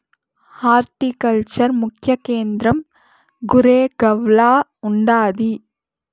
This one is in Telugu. హార్టికల్చర్ ముఖ్య కేంద్రం గురేగావ్ల ఉండాది